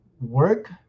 work